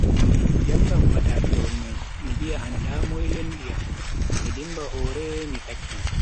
Mi jangan patakeewol mai, mi viya anda moi lendi am, mi dimba hore mi sakkina.